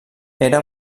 era